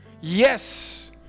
yes